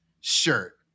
shirt